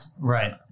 Right